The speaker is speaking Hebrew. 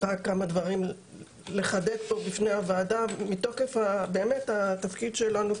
רוצה לחדד כמה דברים בפני הוועדה מתוקף התפקיד שלנו,